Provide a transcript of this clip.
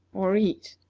or eat?